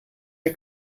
der